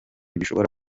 bishobora